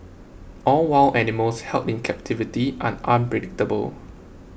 all wild animals held in captivity are unpredictable